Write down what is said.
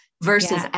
versus